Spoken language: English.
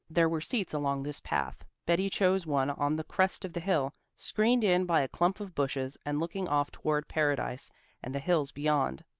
there were seats along this path. betty chose one on the crest of the hill, screened in by a clump of bushes and looking off toward paradise and the hills beyond.